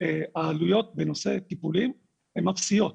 העלויות בנושא טיפולים הן אפסיות.